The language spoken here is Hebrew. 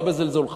לא בזלזול,